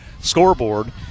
scoreboard